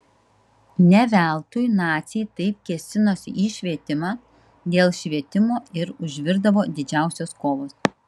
ne veltui naciai taip kėsinosi į švietimą dėl švietimo ir užvirdavo didžiausios kovos